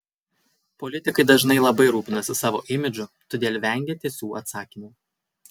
politikai dažnai labai rūpinasi savo imidžu todėl vengia tiesių atsakymų